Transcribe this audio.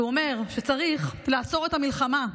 והוא אומר שצריך לעצור את המלחמה.